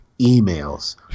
emails